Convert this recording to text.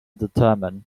determine